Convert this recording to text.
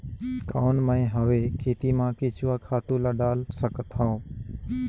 कौन मैं हवे खेती मा केचुआ खातु ला डाल सकत हवो?